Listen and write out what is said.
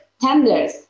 tenders